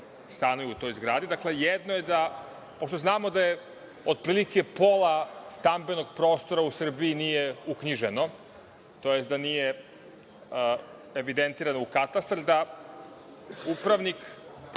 stanuju u toj zgradi. Dakle, pošto znamo da otprilike pola stambenog prostora u Srbiji nije uknjiženo, tj. da nije evidentirano u katastar, upravnik